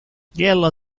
glielo